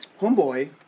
Homeboy